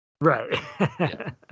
right